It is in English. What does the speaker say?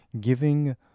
giving